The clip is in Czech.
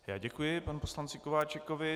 Já děkuji panu poslanci Kováčikovi.